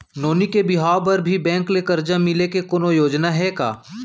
नोनी के बिहाव बर भी बैंक ले करजा मिले के कोनो योजना हे का?